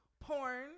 porn